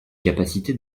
capacité